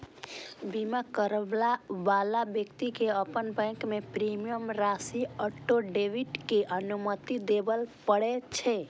बीमा कराबै बला व्यक्ति कें अपन बैंक कें प्रीमियम राशिक ऑटो डेबिट के अनुमति देबय पड़ै छै